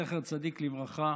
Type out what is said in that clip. זכר צדיק לברכה,